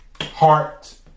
heart